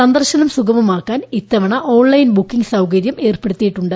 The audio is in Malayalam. സന്ദർശനം സുഗമമാക്കാൻ ഇത്തവണ ഓൺലൈൻ ബുക്കിംഗ് സൌകര്യം ഏർപ്പെടുത്തിയിട്ടുണ്ട്